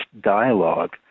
dialogue